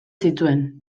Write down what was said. zituen